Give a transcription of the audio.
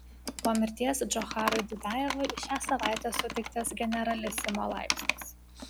po mirties džocharui dudajevui šią savaitę suteiktas generalisimo laipsnis